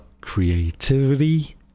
creativity